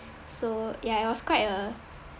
so ya it was quite a